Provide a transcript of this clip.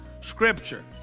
scripture